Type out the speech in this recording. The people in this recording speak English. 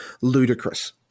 ludicrous